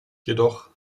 jedoch